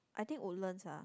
I think Woodlands ah